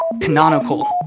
canonical